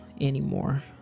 anymore